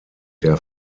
der